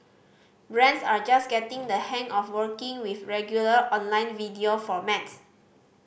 brands are just getting the hang of working with regular online video formats